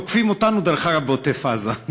תוקפים אותנו, דרך אגב, בעוטף-עזה.